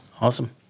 Awesome